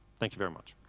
thank you very much.